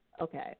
Okay